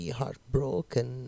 heartbroken